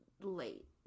late